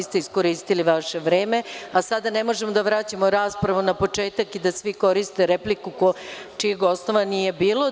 Iskoristili ste vaše vreme, a sada ne možemo da vraćamo raspravu na početak i da svi koriste repliku čijeg osnova nije bilo.